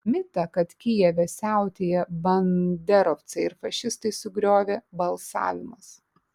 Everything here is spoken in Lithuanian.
mitą kad kijeve siautėja banderovcai ir fašistai sugriovė balsavimas